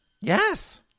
Yes